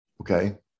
okay